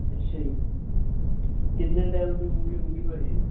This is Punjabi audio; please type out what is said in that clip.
ਅੱਛਾ ਜੀ ਕਿੰਨੇ ਟੈਮ ਦੀ ਮੂਵੀ ਹੋਊਗੀ ਭਾਜੀ